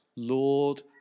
Lord